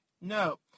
No